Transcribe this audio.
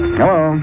hello